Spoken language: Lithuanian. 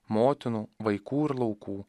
motinų vaikų ir laukų